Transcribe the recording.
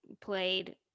played